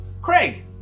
Craig